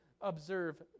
observe